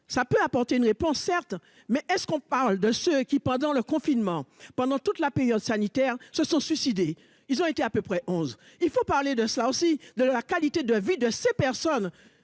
ça peut apporter une réponse, certes, mais est-ce qu'on parle de ce qui pendant le confinement pendant toute la période sanitaires se sont suicidés, ils ont été à peu près onze il faut parler de ça aussi de la qualité de vie de ces personnes,